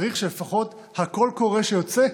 צריך שלפחות הקול-קורא שיוצא,